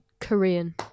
Korean